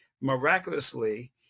miraculously